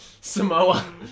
Samoa